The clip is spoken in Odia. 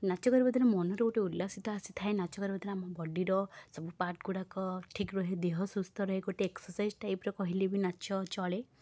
ନାଚ କରିବା ଦ୍ୱାରା ମନରେ ଗୋଟେ ଉଲ୍ଲାସିତ ଆସିଥାଏ ନାଚ କରିବା ଦ୍ୱାରା ଆମ ବଡ଼ିର ସବୁ ପାର୍ଟ ଗୁଡ଼ାକ ଠିକ୍ ରୁହେ ଦେହ ସୁସ୍ଥ ରହେ ଗୋଟେ ଏକ୍ସସାଇଜ୍ ଟାଇପ୍ର କହିଲେ ବି ନାଚ ଚଳେ